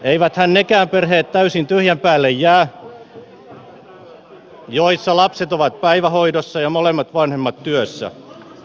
eiväthän nekään perheet täysin tyhjän päälle jää joissa lapset ovat päivähoidossa ja molemmat vanhemmat työssä